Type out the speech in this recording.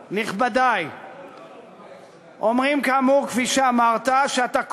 נכבדי, אומרים, כאמור, כפי שאמרת, שאתה קוסם.